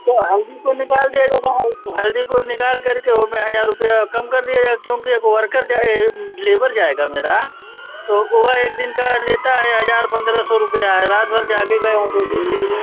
तो हल्दी को निकाल दिया हल्दी को निकाल करके ओमे हज़ार रुपया कम कर दिया जाए क्योंकि अब वर्कर जाए लेबर जाएगा मेरा तो वह एक दिन का लेता है हज़ार पंद्रह सौ रुपया रात भर जागेगा या जो भी चीज़